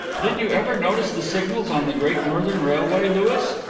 did you ever notice the signals on the great northern railway, louis?